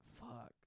Fuck